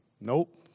Nope